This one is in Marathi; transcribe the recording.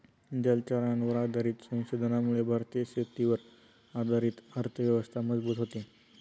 जलचरांवर आधारित संशोधनामुळे भारतीय शेतीवर आधारित अर्थव्यवस्था मजबूत होते